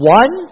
one